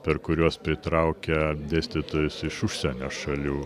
per kuriuos pritraukia dėstytojus iš užsienio šalių